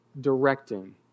directing